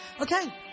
okay